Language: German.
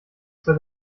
zur